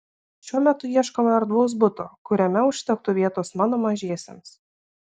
šiuo metu ieškome erdvaus buto kuriame užtektų vietos mano mažiesiems